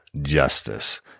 Justice